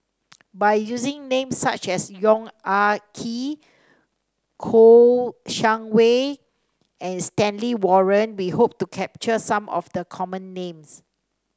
by using names such as Yong Ah Kee Kouo Shang Wei and Stanley Warren we hope to capture some of the common names